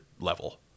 level